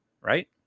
right